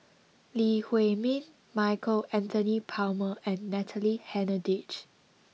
Lee Huei Min Michael Anthony Palmer and Natalie Hennedige